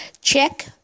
check